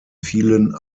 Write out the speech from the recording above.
vielen